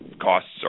costs